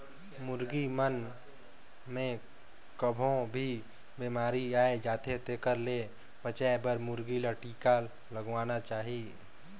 मुरगी मन मे कभों भी बेमारी आय जाथे तेखर ले बचाये बर मुरगी ल टिका लगवाना चाही